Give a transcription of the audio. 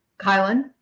Kylan